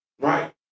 Right